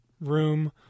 room